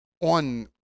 on